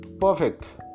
Perfect